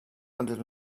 hundred